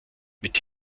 mit